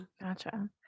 gotcha